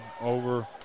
over